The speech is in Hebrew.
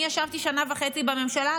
אני ישבתי שנה וחצי בממשלה,